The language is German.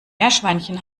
meerschweinchen